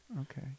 Okay